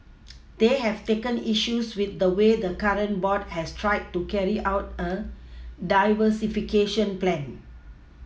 they have taken issues with the way the current board has tried to carry out a diversification plan